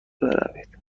بروید